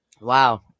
Wow